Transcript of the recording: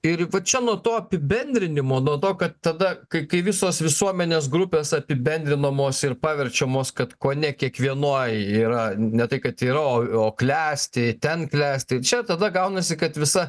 ir vat čia nuo to apibendrinimo nuo to kad tada kai kai visos visuomenės grupės apibendrinamos ir paverčiamos kad kone kiekvienoj yra ne tai kad yra o o klesti ten klesti čia tada gaunasi kad visa